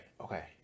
okay